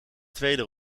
tweede